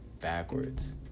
backwards